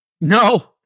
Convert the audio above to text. No